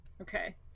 Okay